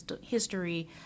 history